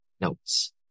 notes